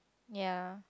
ya